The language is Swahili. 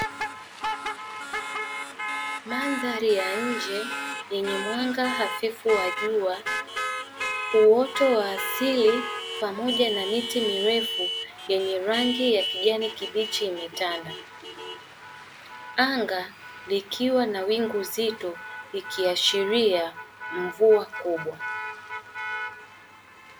Mandhari ya nje yenye mwanga hafifu wa jua uoto wa asili pamoja na miti mirefu yenye rangi ya kijani kibichi imetanda, anga likiwa na wingu zito ikiashiria mvua kubwa.